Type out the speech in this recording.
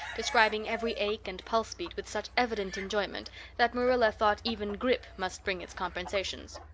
describing every ache and pulse beat with such evident enjoyment that marilla thought even grippe must bring its compensations.